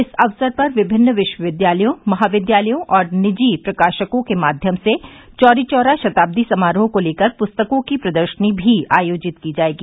इस अवसर पर विभिन्न विश्वविद्यालयों महाविद्यालयों और निजी प्रकाशकों के माध्यम से चौरी चौरा शताब्दी समारोह को लेकर पुस्तकों की प्रदर्शनी भी आयोजित की जायेगी